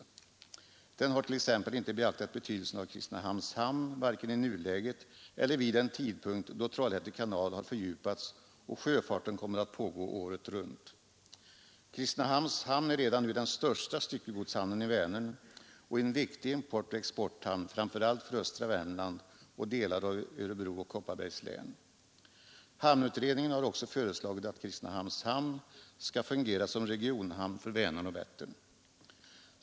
Utredningen har t.ex. inte beaktat betydelsen av Kristinehamns hamn varken i nuläget eller vid den tidpunkt då Trollhätte kanal har fördjupats och sjöfarten kommer att pågå året runt. Kristinehamns hamn är redan nu den största styckegodshamnen i Vänern och en viktig importoch exporthamn, framför allt för östra Värmland och delar av Örebro och Kopparbergs län. Hamnutredningen har också föreslagit att Kristinehamns hamn skall fungera som regionhamn för Vänern och Vättern.